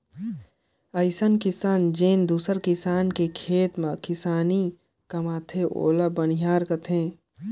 अइसन किसान जेन दूसर किसान के खेत में किसानी कमाथे ओला बनिहार केहथे